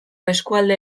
eskualde